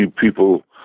people